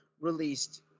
released